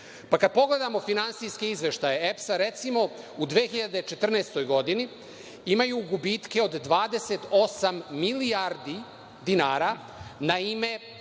pa kad pogledamo finansijske izveštaje EPS-a, recimo, u 2014. godini imaju gubitke od 28 milijardi dinara, na ime